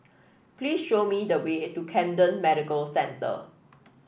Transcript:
please show me the way to Camden Medical Centre